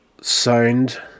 sound